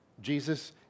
Jesus